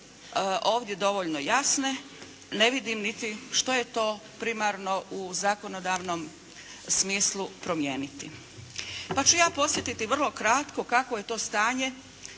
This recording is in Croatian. ovdje dovoljno jasne, ne vidim niti što je to primarno u zakonodavnom smislu promijeniti. Pa ću ja podsjetiti vrlo kratko kakvo je to stanje,